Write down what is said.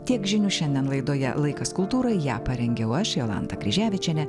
tiek žinių šiandien laidoje laikas kultūrai ją parengiau aš jolanta kryževičienė